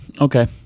okay